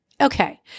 Okay